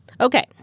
Okay